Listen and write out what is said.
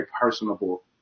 personable